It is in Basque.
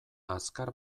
azkar